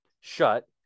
shut